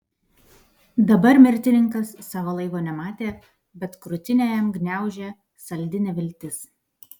dabar mirtininkas savo laivo nematė bet krūtinę jam gniaužė saldi neviltis